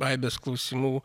aibes klausimų